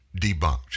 debunked